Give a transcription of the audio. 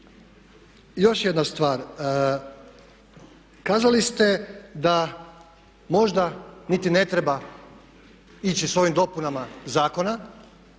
Još jedna stvar, kazali ste da možda niti ne treba ići s ovim dopunama zakona